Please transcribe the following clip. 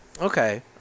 Okay